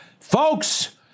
Folks